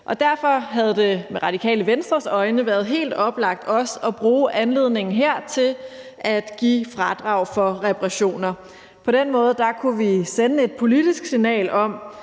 Venstres øjne været helt oplagt også at bruge anledningen her til at give fradrag for reparationer. På den måde kunne vi sende et politisk signal –